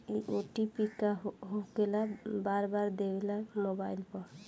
इ ओ.टी.पी का होकेला बार बार देवेला मोबाइल पर?